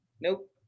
Nope